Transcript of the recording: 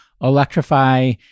electrify